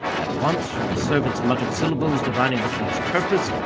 at once, from the servant's muttered syllables, divining the key's purpose,